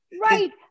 right